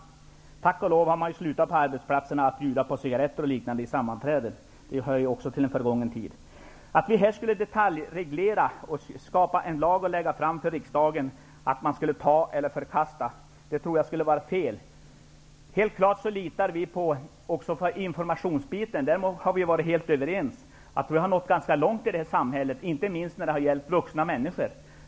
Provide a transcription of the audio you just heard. Tack och lov har man nu på arbetsplatserna slutat bjuda på cigaretter vid sammanträden. Också det hör till en förgången tid. Att vi här skulle detaljreglera och skapa en lag att lägga fram för riksdagen att ta eller förkasta tror jag skulle vara fel. Helt klart litar vi på värdet av att informera. Om det har vi varit helt överens. Vi har på det sättet nått ganska långt i det här samhället, inte minst när det gäller vuxna människor.